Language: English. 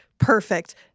Perfect